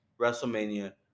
Wrestlemania